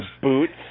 boots